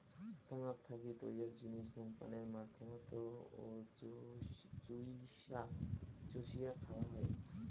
তামাক থাকি তৈয়ার জিনিস ধূমপানের মাধ্যমত ও চুষিয়া খাওয়া হয়